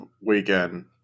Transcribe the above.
weekend